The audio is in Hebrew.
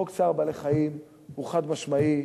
חוק צער בעלי-חיים הוא חד-משמעי,